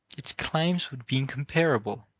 its claims would be incomparable,